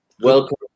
Welcome